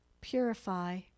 purify